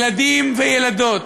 ילדים וילדות,